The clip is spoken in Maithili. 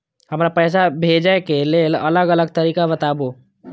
हमरा पैसा भेजै के लेल अलग अलग तरीका बताबु?